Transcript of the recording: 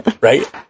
Right